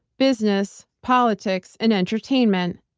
business, politics, and entertainment,